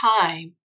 time